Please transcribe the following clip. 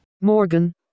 Morgan